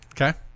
Okay